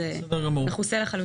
זה מכוסה לחלוטין.